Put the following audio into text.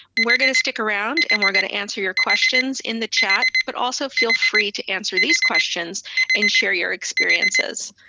we're going to stick around and we're going to answer your questions in the chat. but also feel free to answer these questions and share your experiences.